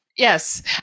Yes